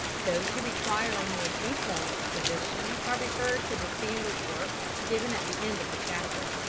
those who require a more detailed exposition are referred to the standard works given at the end of the chapter.